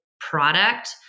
product